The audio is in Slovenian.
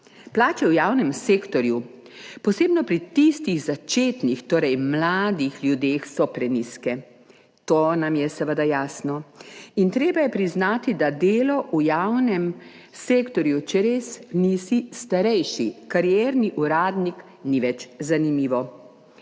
Plače v javnem sektorju, posebno pri tistih začetnih, torej mladih ljudeh, so prenizke. To nam je seveda jasno in treba je priznati, da delo v javnem sektorju, če res nisi starejši karierni uradnik, ni več zanimivo.